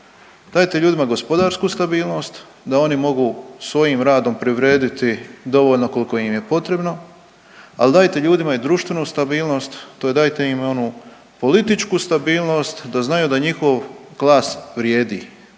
Dajte ljudima gospodarsku stabilnost da oni mogu svojim radom privrediti dovoljno koliko im je potrebno, al dajte ljudima i društvenu stabilnost, to je dajte im onu političku stabilnost da znaju da njihov glas vrijedi,